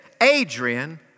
Adrian